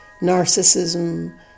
Narcissism